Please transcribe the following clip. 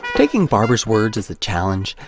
taking barber's words as a challenge,